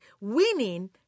winning